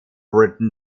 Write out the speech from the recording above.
written